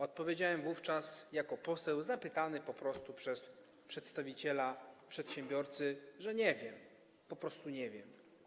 Odpowiedziałem wówczas jako poseł zapytany przez przedstawiciela przedsiębiorcy, że nie wiem, po prostu nie wiem.